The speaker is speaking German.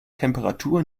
temperatur